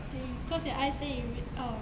ya you close your eyes then you re- orh